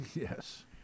Yes